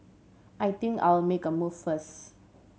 I think I'll make a move first